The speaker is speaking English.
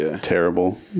terrible